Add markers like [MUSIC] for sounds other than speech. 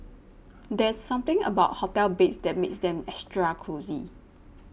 [NOISE] there's something about hotel beds that makes them extra cosy